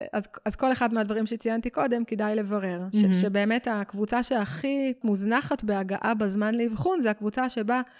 אז כל אחד מהדברים שציינתי קודם, כדאי לברר. שבאמת הקבוצה שהכי מוזנחת בהגעה בזמן לאבחון, זה הקבוצה שבה...